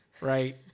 Right